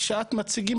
כשאתם מציגים,